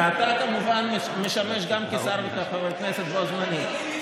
ואתה כמובן משמש גם כשר וגם כחבר כנסת בו זמנית.